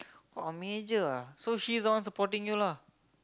!wah! Major ah so she's the one supporting you lah